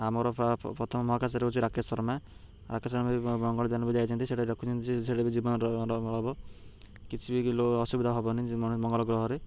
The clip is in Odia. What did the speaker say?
ଆମର ପ୍ରଥମ ମହାକାଶରେ ହେଉଛି ରାକେଶ ଶର୍ମା ରାକେଶ ଶର୍ମା ବି ମଙ୍ଗଳ ଯାନକୁ ଯାଇଛନ୍ତି ସେଇଟା ଦେଖୁଛନ୍ତି ଯେ ସେଇଟା ବି ଜୀବନର କିଛି ବି ଅସୁବିଧା ହବନି ମଙ୍ଗଳ ଗ୍ରହରେ